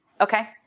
Okay